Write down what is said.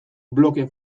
bloke